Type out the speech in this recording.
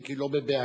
אם כי לא בבהלה,